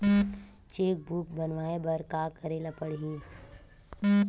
Cheque book बनवाय बर का करे ल पड़हि?